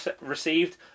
received